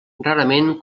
rarament